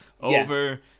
over